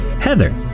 Heather